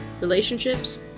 relationships